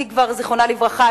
היא כבר זיכרונה לברכה,